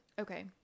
Okay